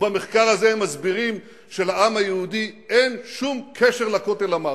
ובמחקר הזה הם מסבירים שלעם היהודי אין שום קשר לכותל המערבי.